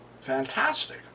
fantastic